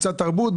קצת תרבות,